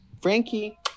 Frankie